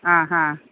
ആ ആ